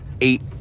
Eight